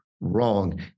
wrong